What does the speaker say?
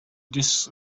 discs